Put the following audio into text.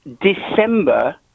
December